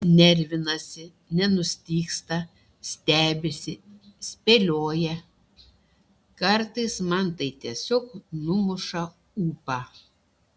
nervinasi nenustygsta stebisi spėlioja kartais man tai tiesiog numuša ūpą